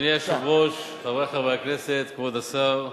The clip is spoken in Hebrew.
אדוני היושב-ראש, חברי חברי הכנסת, כבוד השר,